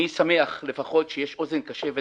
אני שמח לפחות שיש לך אוזן קשבת,